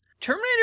Terminator